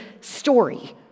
story